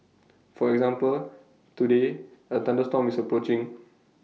for example today A thunderstorm is approaching